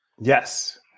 Yes